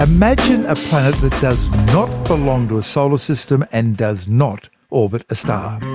imagine a planet that does not belong to a solar system and does not orbit a star!